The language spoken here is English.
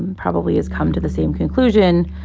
and probably has come to the same conclusion.